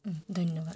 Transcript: ধন্যবাদ